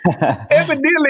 evidently